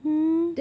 mm